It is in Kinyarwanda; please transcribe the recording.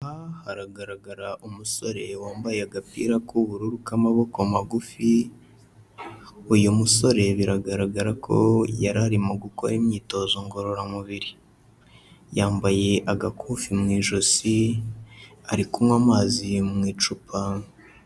Aha haragaragara umusore wambaye agapira k'ubururu k'amaboko magufi, uyu musore biragaragara ko yari arimo gukora imyitozo ngororamubiri, yambaye agakufi mu ijosi ari kunywa amazi mu icupa.